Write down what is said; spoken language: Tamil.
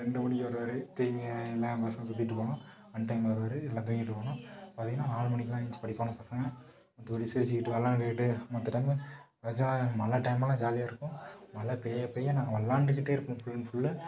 ரெண்டு மணிக்கு வருவார் திரும்பியும் எல்லா பசங்களும் சுத்திட்டு இருப்பானுவோ அன்டைமில் வருவார் எல்லாம் தூங்கிட்டு இருப்பானுவோ பார்த்தீங்கன்னா ஆறு மணிக்கெலாம் ஏழுந்ச்சு படிப்பானுவோ பசங்கள் அதோடையே சிரிச்சுக்கிட்டு விளாண்டுக்கிட்டு மற்ற டைமு நல்ல ஜா மல டைமெல்லாம் ஜாலியாக இருக்கும் மலை பேய பேய நாங்கள் விளாண்டுக்கிட்டே இருப்போம் ஃப்ரெண்ட் ஃபுல்ல